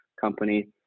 company